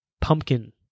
Pumpkin